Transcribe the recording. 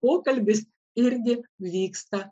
pokalbis irgi vyksta